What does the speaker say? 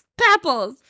Papples